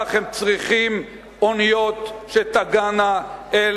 ולשם כך הם צריכים אוניות שתגענה אל